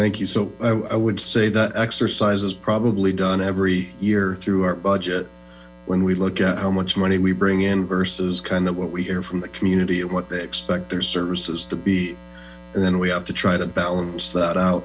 thank yo so i would say that exercise is probably done every year through our budget when we look at how much money we bring in versus kind of what we hear from the community what they expect their services to be and then we have to try to balance that ou